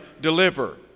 deliver